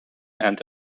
and